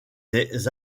des